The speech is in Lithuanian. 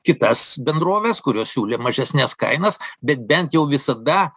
kitas bendroves kurios siūlė mažesnes kainas bet bent jau visada